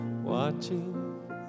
watching